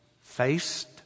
faced